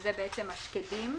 שזה השקדים.